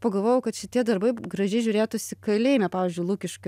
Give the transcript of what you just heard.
pagalvojau kad šitie darbai gražiai žiūrėtųsi kalėjime pavyzdžiui lukiškių